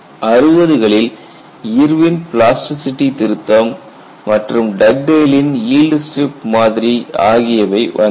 60 களில் Irwin plasticity திருத்தம் மற்றும் டக்டேலின் ஈல்டு ஸ்ட்ரிப் மாதிரி Dugdale's yield strip model ஆகியவை வந்தன